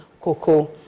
cocoa